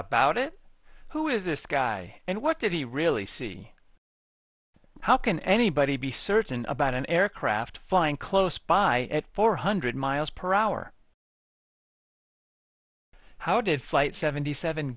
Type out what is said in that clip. about it who is this guy and what did he really see how can anybody be certain about an aircraft flying close by at four hundred mph how did flight seventy seven